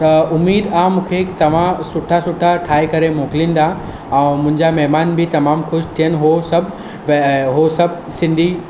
त उमेदु आहे मूंखे की तव्हां सुठा सुठा ठाहे करे मोकिलींदा ऐं मुंहिंजा महिमान बि तमामु ख़ुशि थियनि उहे सभु उहे सभु सिंधी